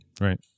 Right